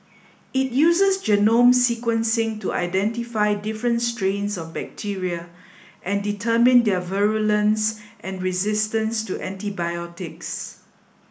it uses genome sequencing to identify different strains of bacteria and determine their virulence and resistance to antibiotics